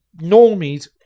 normies